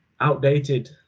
outdated